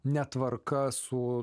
netvarka su